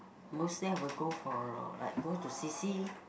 mostly I will go for uh like go to C_C